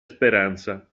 speranza